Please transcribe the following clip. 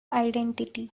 identity